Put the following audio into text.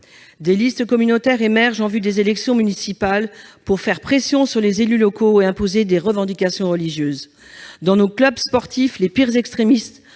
Des listes communautaires émergent en vue des élections municipales pour faire pression sur les élus locaux et imposer des revendications religieuses. Dans nos clubs sportifs, les pires extrémistes